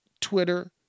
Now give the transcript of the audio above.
twitter